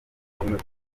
ikibuno